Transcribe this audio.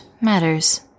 matters